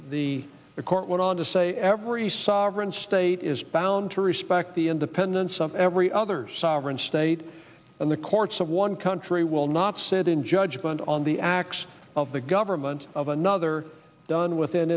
court the court went on to say every sovereign state is bound to respect the independence of every other sovereign state and the courts of one country will not sit in judgment on the acts of the government of another done within